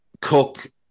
Cook